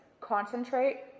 concentrate